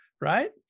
right